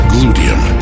Glutium